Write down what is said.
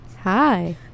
Hi